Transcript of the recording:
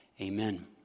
Amen